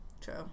True